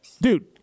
Dude